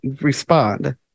respond